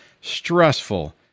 stressful